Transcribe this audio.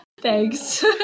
Thanks